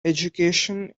education